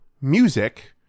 music